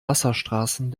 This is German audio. wasserstraßen